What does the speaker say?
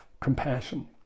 compassion